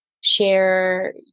share